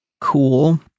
cool